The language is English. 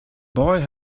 boy